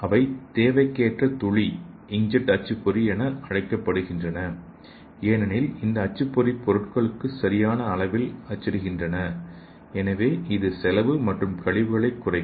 அவை தேவைக்கேற்ப துளி இன்க்ஜெட் அச்சுப்பொறி என்று அழைக்கப்படுகின்றன ஏனெனில் இந்த அச்சுப்பொறி பொருட்கள் சரியான அளவுகளில் அச்சிடுகின்றன எனவே இது செலவு மற்றும் கழிவுகளை குறைக்கும்